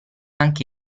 anche